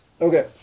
Okay